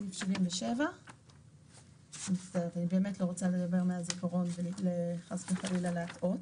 אני אקריא את זה על מנת לא להטעות.